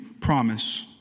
promise